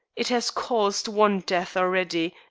it has caused one death already,